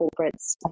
corporates